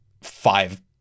five